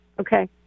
Okay